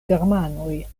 germanoj